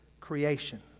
creation